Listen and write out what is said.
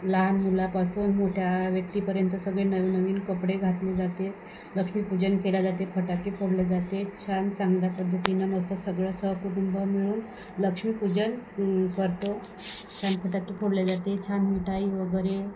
लहान मुलापासून मोठ्या व्यक्तीपर्यंत सगळे नवनवीन कपडे घातले जाते लक्ष्मीपूजन केले जाते फटाके फोडले जाते छान चांगल्या पद्धतीनं मस्त सगळं सहकुटुंब मिळून लक्ष्मीपूजन करतो छान फटाके फोडले जाते छान मिठाई वगैरे